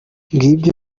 ngibyo